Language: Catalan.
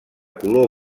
color